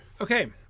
Okay